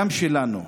גם שלנו,